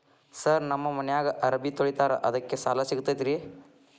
Sir ನಮ್ಮ ಮನ್ಯಾಗ ಅರಬಿ ತೊಳಿತಾರ ಅದಕ್ಕೆ ಸಾಲ ಸಿಗತೈತ ರಿ?